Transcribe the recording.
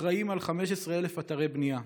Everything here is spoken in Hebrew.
אחראים ל-15,000 אתרי בנייה.